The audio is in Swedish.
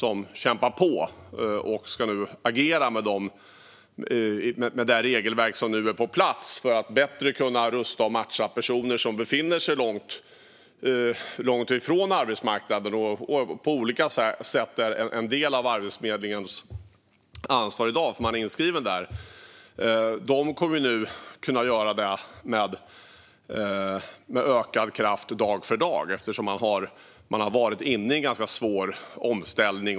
De kämpar på och ska nu agera med det regelverk som är på plats för att bättre kunna rusta och matcha personer som befinner sig långt ifrån arbetsmarknaden och som i dag på olika sätt är en del av Arbetsförmedlingens ansvar eftersom de är inskrivna där. Arbetsförmedlingens medarbetare kommer nu att kunna göra detta med ökad kraft dag för dag. Arbetsförmedlingen har varit inne i en ganska svår omställning.